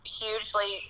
hugely